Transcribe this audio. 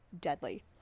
deadly